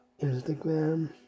Instagram